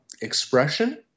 expression